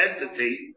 entity